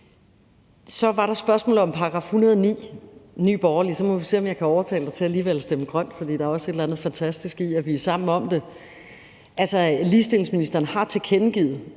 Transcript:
Så var der spørgsmålet om § 109 fra Nye Borgerliges ordfører. Så må vi se, om jeg kan overtale ham til alligevel at stemme grønt, for der er også et eller andet fantastisk i, at vi er sammen om det. Altså, ligestillingsministeren har tilkendegivet